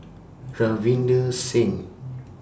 Ravinder Singh